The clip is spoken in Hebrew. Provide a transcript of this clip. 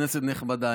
כנסת נכבדה,